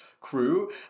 crew